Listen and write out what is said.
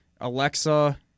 Alexa